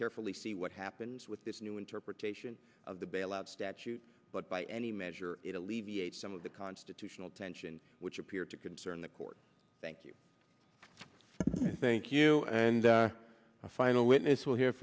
carefully see what happens with this new interpretation of the bailout statute but by any measure it alleviates some of the constitutional tensions which appear to concern the court thank you thank you and a final witness will hear